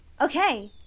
Okay